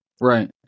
Right